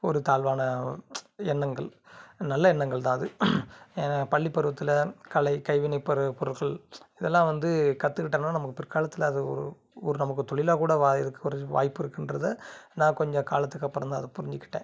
ஒரு தாழ்வான எண்ணங்கள் நல்ல எண்ணங்கள் தான் அது பள்ளிப்பருவத்தில் கலை கைவினை பொரு பொருள்கள் இதெலாம் வந்து கற்றுக்கிட்டோம்னா நமக்கு பிற்காலத்தில் அது ஒரு ஒரு நமக்கு தொழிலா கூட வா இருக்கிறதுக்கு வாய்ப்பு இருக்கின்றத நான் கொஞ்சம் காலத்துக்கு அப்புறம் தான் அதை புரிஞ்சுக்கிட்டேன்